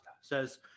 says